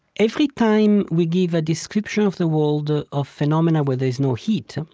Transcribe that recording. every time we give a description of the world, ah of phenomena where there is no heat,